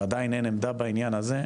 ועדיין אין עמדה בעניין הזה.